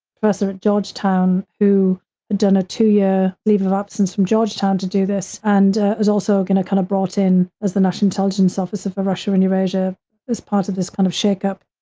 professor at georgetown, who had done a two-year leave of absence from georgetown to do this, and was also going to kind of brought in as the national intelligence officer for russia and eurasia as part of this kind of shake up.